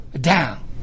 down